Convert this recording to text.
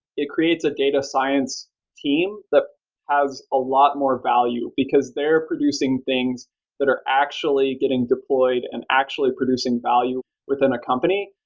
it creates a data science team that has a lot more value, because they're producing things that are actually getting deployed and actually producing value within a company,